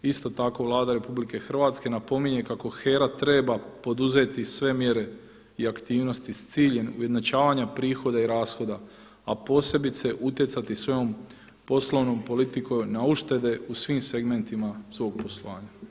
Isto tako Vlada RH napominje kako HERA treba poduzeti sve mjere i aktivnosti sa ciljem ujednačavanja prihoda i rashoda a posebice utjecati svojom poslovnom politikom na uštede u svim segmentima svog poslovanja.